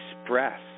express